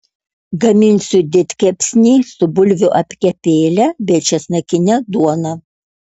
gaminsiu didkepsnį su bulvių apkepėle bei česnakine duona